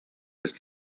ist